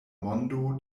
mondo